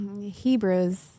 Hebrews